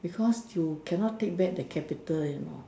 because you cannot take back the capital you know